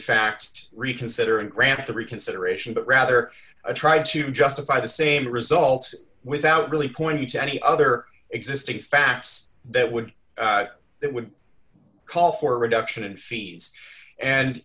fact reconsider and grant the reconsideration but rather tried to justify the same result without really pointing to any other existing facts that would that would call for a reduction in fees and